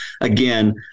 again